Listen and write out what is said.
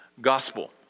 gospel